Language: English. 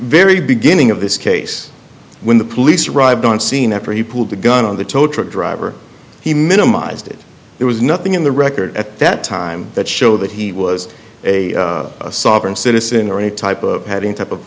very beginning of this case when the police arrived on scene after he pulled the gun on the tow truck driver he minimized it there was nothing in the record at that time that show that he was a sovereign citizen or any type of padding type of